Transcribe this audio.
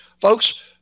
folks